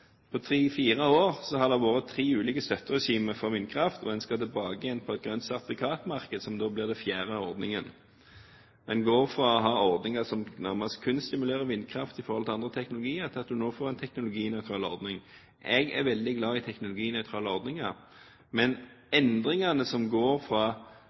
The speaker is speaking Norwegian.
På tre–fire år har det vært tre ulike støtteregimer for vindkraft, og en skal tilbake til et grønt sertifikatmarked, som da blir den fjerde ordningen. En går fra å ha ordninger som nærmest kun stimulerer vindkraft i forhold til andre teknologier, til å få en teknologinøytral ordning. Jeg er veldig glad i teknologinøytrale ordninger, men endringene fra